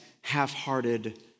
half-hearted